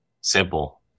simple